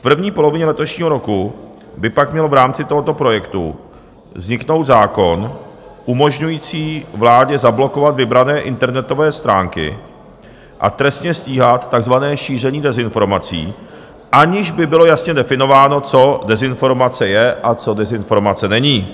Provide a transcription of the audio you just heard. V první polovině letošního roku by pak měl v rámci tohoto projektu vzniknout zákon umožňující vládě zablokovat vybrané internetové stránky a trestně stíhat takzvané šíření dezinformací, aniž by bylo jasně definováno, co dezinformace je a co dezinformace není.